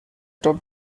top